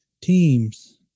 teams